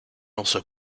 also